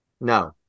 No